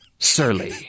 Surly